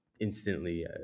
instantly